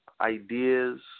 ideas